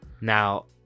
Now